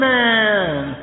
Man